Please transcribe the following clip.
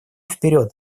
вперед